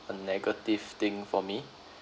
a negative thing for me